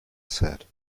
said